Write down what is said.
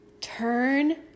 turn